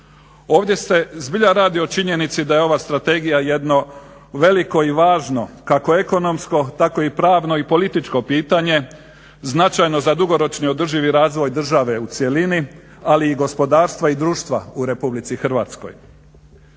Ovdje se zbilja radi o činjenici da je ova strategija jedno veliko i važno kako ekonomsko, tako i pravno i političko pitanje značajno za dugoročni održivi razvoj države u cjelini, ali i gospodarstva i društva u Republici Hrvatskoj.